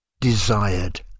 desired